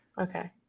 okay